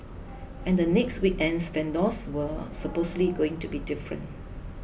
and the next weekend's vendors were supposedly going to be different